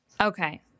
Okay